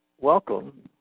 welcome